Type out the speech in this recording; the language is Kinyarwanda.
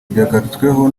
byagarutsweho